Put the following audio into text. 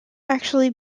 actually